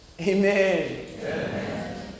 Amen